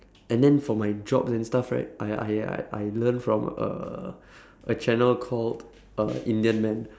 and then for my jobs and stuff right I I I learned from a a channel called an indian man